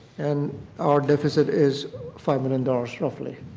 and our deficit is five million dollars roughly.